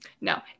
No